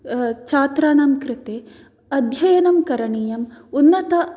छात्राणां कृते अध्ययनं करणीयम् उन्नत